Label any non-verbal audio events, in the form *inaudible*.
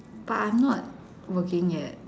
but I'm not working yet *laughs*